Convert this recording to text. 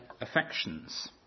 affections